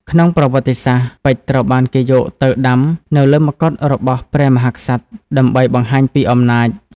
ក្នុងប្រវត្តិសាស្ត្រ ពេជ្រត្រូវបានគេយកទៅដាំនៅលើមកុដរបស់ព្រះមហាក្សត្រដើម្បីបង្ហាញពីអំណាច។